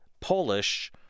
Polish